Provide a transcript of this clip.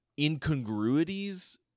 incongruities